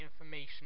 information